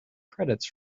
credits